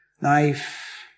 knife